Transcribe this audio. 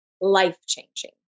life-changing